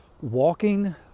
walking